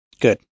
Good